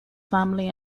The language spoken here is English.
family